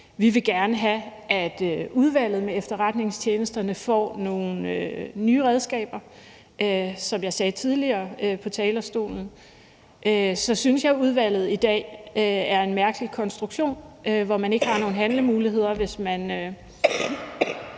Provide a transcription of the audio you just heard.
vi vil gerne have, at Tilsynet med Efterretningstjenesterne får nogle nye redskaber. Som jeg sagde tidligere på talerstolen, synes jeg, udvalget i dag er en mærkelig konstruktion, hvor man ikke har nogen handlemuligheder, hvis man